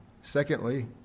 Secondly